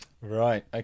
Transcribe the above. Right